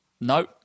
No